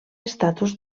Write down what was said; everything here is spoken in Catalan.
estatus